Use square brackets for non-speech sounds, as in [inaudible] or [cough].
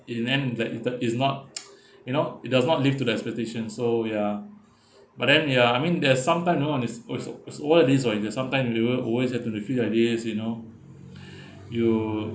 in the end like that is not [noise] you know it does not live to the expectation so ya but then ya I mean there's sometime you know on this also also all of these are in the sometime you will always have to be feel like this you know [breath] you